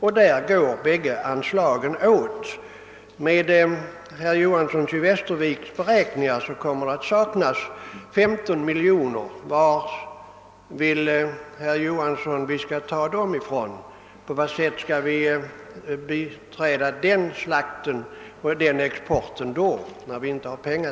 Där går bägge anslagen åt. Men enligt herr Johansons i Västervik beräkningar kommer det att saknas 15 miljoner kronor. Varifrån skall vi ta dem, herr Johanson? På vilket sätt skall vi då biträda denna slakt, då vi inte har några pengar?